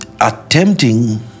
attempting